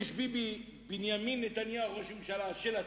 יש ביבי, בנימין נתניהו של הספר,